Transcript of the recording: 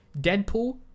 Deadpool